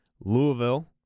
Louisville